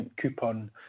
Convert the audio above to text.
coupon